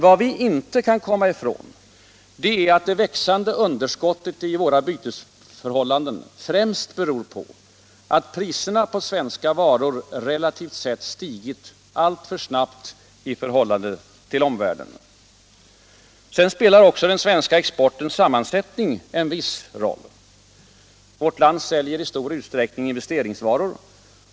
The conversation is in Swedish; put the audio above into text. Vad vi inte kan komma ifrån är att det växande underskottet i våra bytesförhållanden främst beror på att priserna på svenska varor relativt sett har stigit alltför snabbt i förhållande till omvärlden. Den svenska exportens sammansättning spelar också en viss roll. Vårt land säljer i stor utsträckning investeringsvaror.